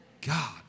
God